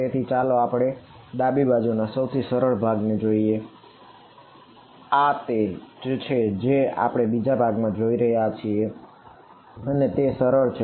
તેથી ચાલો આ ડાબી બાજુના સૌથી સરળ ભાગ ને જોઈએ આ તે છે જે આપણે બીજા ભાગમાં જોવા જઈ રહ્યા છીએ અને તે સરળ છે